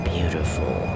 Beautiful